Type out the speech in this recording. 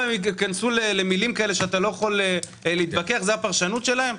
זו הפרשנות שלהם?